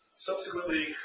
Subsequently